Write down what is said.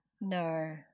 No